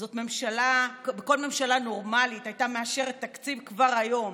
כל ממשלה נורמלית הייתה מאשרת תקציב כבר היום,